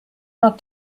not